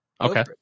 Okay